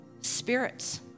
spirits